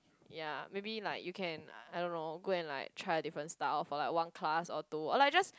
ya maybe like you can I don't know go and like try a different style for like one class or two or like just